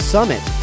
Summit